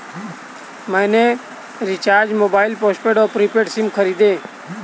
मैंने recharge mobile postpaid और prepaid SIM खरीदे